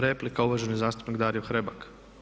Replika uvaženi zastupnik Dario Hrebak.